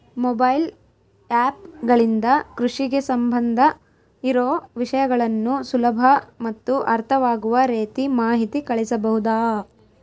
Mobile app ಗಳಿಂದ ಕೃಷಿಗೆ ಸಂಬಂಧ ಇರೊ ವಿಷಯಗಳನ್ನು ಸುಲಭ ಮತ್ತು ಅರ್ಥವಾಗುವ ರೇತಿ ಮಾಹಿತಿ ಕಳಿಸಬಹುದಾ?